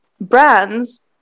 brands